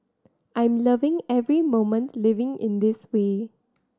I'm loving every moment living in this way